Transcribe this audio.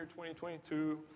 2022